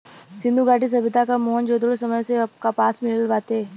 सिंधु घाटी सभ्यता क मोहन जोदड़ो समय से कपास मिलल बाटे